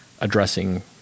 addressing